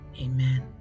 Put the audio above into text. Amen